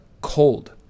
cold